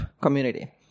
community